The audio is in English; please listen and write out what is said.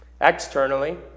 externally